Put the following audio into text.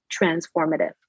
transformative